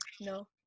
no